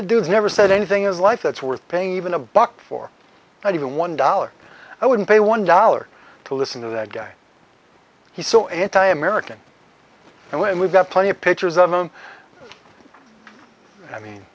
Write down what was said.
dude never said anything is life that's worth paying even a buck for not even one dollar i wouldn't pay one dollar to listen to that guy he's so anti american and when we've got plenty of pictures of him i mean